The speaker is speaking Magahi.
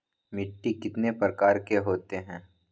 मिट्टी कितने प्रकार के होते हैं?